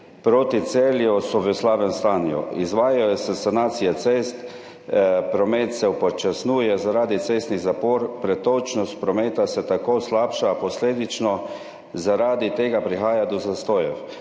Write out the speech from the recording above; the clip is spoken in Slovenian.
proti Celju so v slabem stanju. Izvajajo se sanacije cest, promet se upočasnjuje zaradi cestnih zapor, pretočnost prometa se tako slabša, posledično zaradi tega prihaja do zastojev.